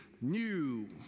new